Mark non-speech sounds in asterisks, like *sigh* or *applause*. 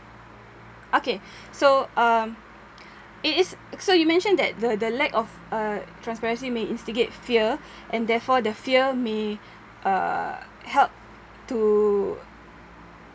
okay *breath* so um it is so you mentioned that the the lack of uh transparency may instigate fear and therefore the fear may uh help to